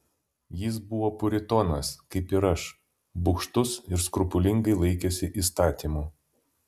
jis buvo puritonas kaip ir aš bugštus ir skrupulingai laikėsi įstatymų